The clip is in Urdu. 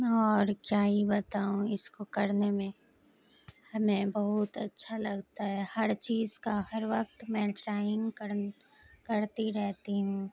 اور کیا ہی بتاؤں اس کو کرنے میں ہمیں بہت اچھا لگتا ہے ہر چیز کا ہر وقت میں ڈرائنگ کر کرتی رہتی ہوں